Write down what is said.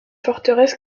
forteresse